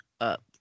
up